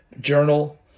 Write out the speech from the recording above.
journal